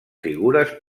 figures